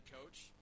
coach